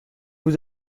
vous